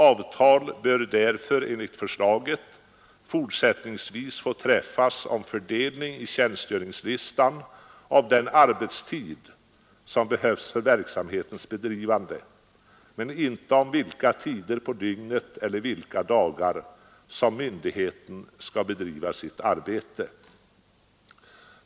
Avtal bör därför, enligt förslaget, fortsättningsvis få träffas om fördelning i tjänstgöringslistan av den arbetstid som behövs för verksamhetens bedrivande, men inte om vilka tider på dygnet eller vilka dagar som myndigheten skall bedriva sitt arbete.